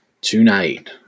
Tonight